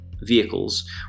vehicles